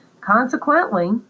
Consequently